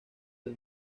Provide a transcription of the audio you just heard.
del